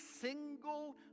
single